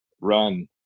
run